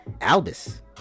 Albus